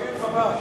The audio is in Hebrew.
ממש.